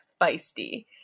feisty